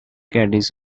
caddies